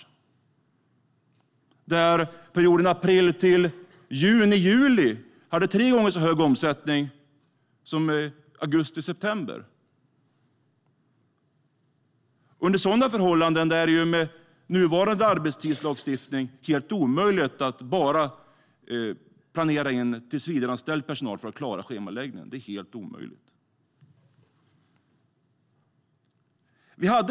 Under perioden april till juni juli hade man tre gånger så hög omsättning som under augusti och september. Under sådana förhållanden är det med nuvarande arbetstidslagstiftning helt omöjligt att bara planera in tillsvidareanställd personal när man ska klara av att lägga schema. Det är helt omöjligt.